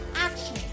action